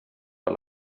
per